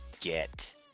get